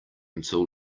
until